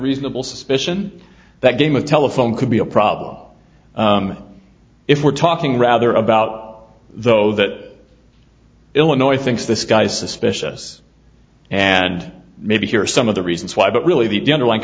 reasonable suspicion that game of telephone could be a problem if we're talking rather about though that illinois thinks this guy's suspicious and maybe hear some of the reasons why but really the gener